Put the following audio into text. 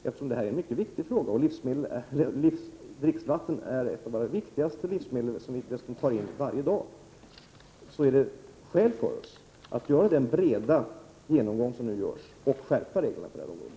Eftersom detta är en mycket viktig fråga och dricksvatten är ett av våra viktigaste livsmedel, som vi dessutom intar varje dag, finns det skäl för oss att göra den breda genomgång som nu görs och att skärpa reglerna på området.